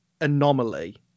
anomaly